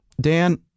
Dan